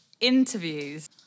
interviews